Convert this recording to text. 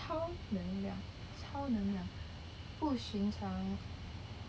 超能量超能量不寻常